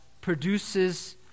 produces